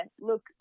look